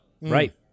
Right